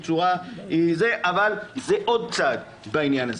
צורה קיימת אבל זה עוד צעד בעניין הזה.